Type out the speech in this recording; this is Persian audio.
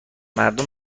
مردم